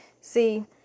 see